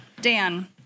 Dan